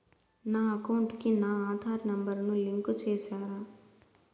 నా అకౌంట్ కు నా ఆధార్ నెంబర్ ను లింకు చేసారా